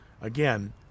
again